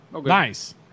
Nice